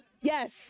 Yes